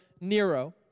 Nero